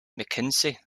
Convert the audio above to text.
mckenzie